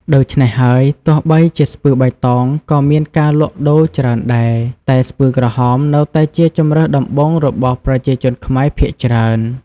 ដូច្នេះហើយ ទោះបីជាស្ពឺបៃតងក៏មានការលក់ដូរច្រើនដែរ តែស្ពឺក្រហមនៅតែជាជម្រើសដំបូងរបស់ប្រជាជនខ្មែរភាគច្រើន។